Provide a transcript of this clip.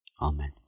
Amen